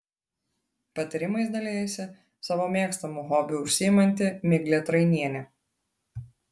patarimais dalijasi savo mėgstamu hobiu užsiimanti miglė trainienė